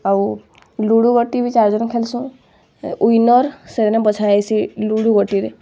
ଆଉ ଲୁଡ଼ୁ ଗୋଟି ବି ଚାରିଜଣ ଖେଲସୁଁ ଉୟିନର୍ ସେନେ ବଛା ଯାଏସି ଲୁଡ଼ୁ ଗୋଟିରେ